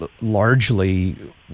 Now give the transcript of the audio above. largely